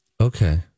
Okay